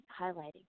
highlighting